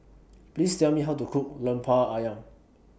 Please Tell Me How to Cook Lemper Ayam